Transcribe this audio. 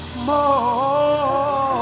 more